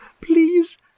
please